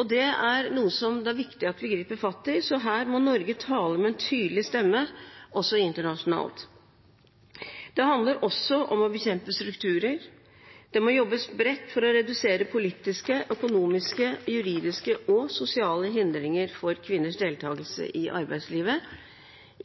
ha. Det er noe som det er viktig at vi griper fatt i, så her må Norge tale med en tydelig stemme også internasjonalt. Det handler også om å bekjempe strukturer. Det må jobbes bredt for å redusere politiske, økonomiske, juridiske og sosiale hindringer for kvinners deltakelse i arbeidslivet,